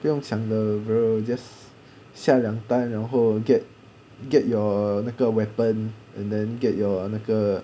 不用想的 bro just 下两单然后 get get your 那个 weapon and then get your 那个